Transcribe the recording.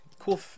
cool